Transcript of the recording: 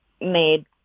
made